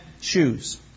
shoes